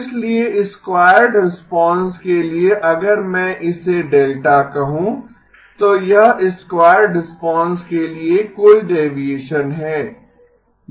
इसलिए squared response के लिए अगर मैं इसे डेल्टा कहूं तो यह स्क्वायरड रिस्पांस के लिए कुल डेविएशन है